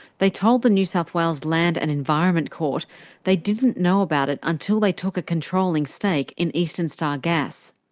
they told the new south wales land and environment court they didn't know about it until they took a controlling stake in eastern star gas.